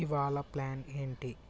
ఇవాళ ప్ల్యాన్ ఏంటి